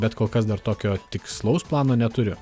bet kol kas dar tokio tikslaus plano neturiu